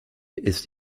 ist